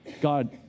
God